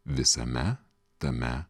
visame tame